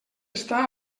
està